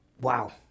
Wow